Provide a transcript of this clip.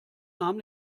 nahm